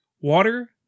water